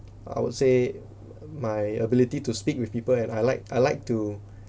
I would say my ability to speak with people and I like I like to